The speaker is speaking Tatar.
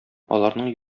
аларның